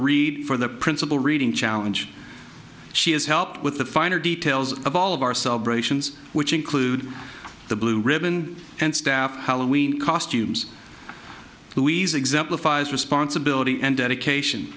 read for the principal reading challenge she has helped with the finer details of all of our celebrations which include the blue ribbon and staff halloween costumes louise exemplifies responsibility and dedication